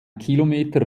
kilometer